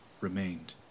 remained